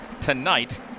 tonight